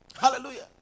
Hallelujah